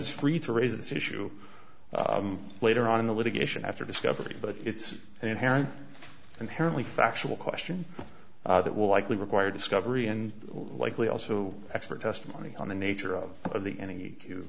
is free to raise this issue later on in the litigation after discovery but it's an inherent inherently factual question that will likely require discovery and likely also expert testimony on the nature of the enemy